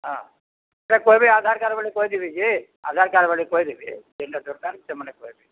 ହଁ କହିବେ ଆଧାର୍ କାର୍ଡ଼ ବାଲେ କହିଦେବେ ଯେ ଆଧାର୍ କାର୍ଡ଼ ବାଲେ କହିଦେବେ ଯେନ୍ଟା ଦର୍କାର୍ ସେମାନେ କହେବେ